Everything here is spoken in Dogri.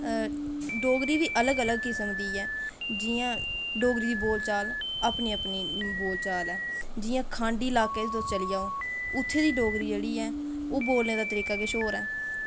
डोगरी बी अलग अलग किस्म दी ऐ जि'यां डोगरी दी बोल चाल अपनी अपनी बोलचाल ऐ जि'यां कंढी लाह्के च तुस चली जाओ उत्थै दी डोगरी जेह्ड़ी ऐ उत्थै दा बोलने दा तरीका जेह्ड़ा होर ऐ